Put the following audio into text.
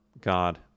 god